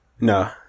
No